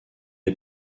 est